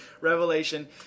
revelation